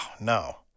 no